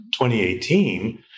2018